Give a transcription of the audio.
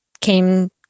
came